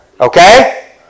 okay